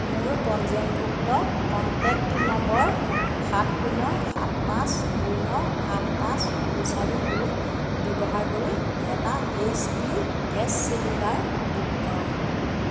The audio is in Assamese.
মোৰ পঞ্জীয়নভুক্ত কণ্টেক্ট নম্বৰ সাত শূন্য সাত পাঁচ দুই ন আঠ পাঁচ দুই চাৰি দুই ব্যৱহাৰ কৰি এটা H P gas cylinder book কৰক